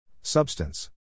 Substance